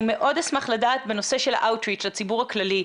אני מאוד אשמח לדעת בנושא של ה-out reach לציבור הכללי.